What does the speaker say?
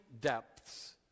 depths